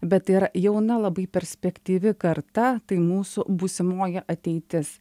bet tai yra jauna labai perspektyvi karta tai mūsų būsimoji ateitis